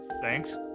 Thanks